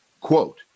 quote